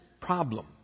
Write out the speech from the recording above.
problem